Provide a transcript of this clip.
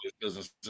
business